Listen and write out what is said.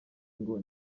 ngo